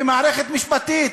במערכת משפטית.